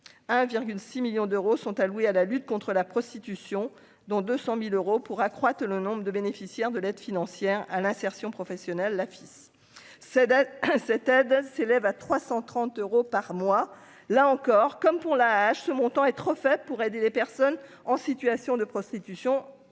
6 millions d'euros sont alloués à la lutte contre la prostitution, dont 200000 euros pour accroître le nombre de bénéficiaires de l'aide financière à l'insertion professionnelle, la FIS cède cette aide s'élève à 330 euros par mois, là encore, comme pour la H ce montant est trop fait pour aider les personnes en situation de prostitution